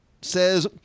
says